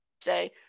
say